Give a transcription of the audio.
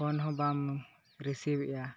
phone ᱦᱚᱸ ᱵᱟᱢ ᱨᱤᱥᱤᱵᱮᱜᱼᱟ